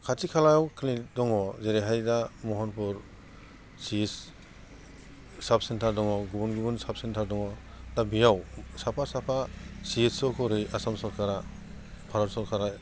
खाथि खालायाव क्लिनिक दङ जेरैहाय दा महनफुर जिस साबसेन्थार दङ गुबुन गुबुन साबसेन्थार दङ दा बेयाव साफा साफा सियेसक हरै आसाम सरखारा भारत सरखारा